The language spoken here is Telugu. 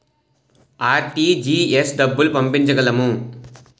ఆర్.టీ.జి.ఎస్ డబ్బులు పంపించగలము?